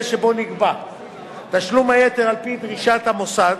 שבו נגבה תשלום היתר על-פי דרישת המוסד,